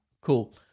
Cool